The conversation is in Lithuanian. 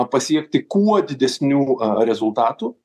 pasiekti kuo didesnių rezultatų